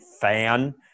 fan